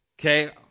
Okay